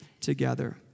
together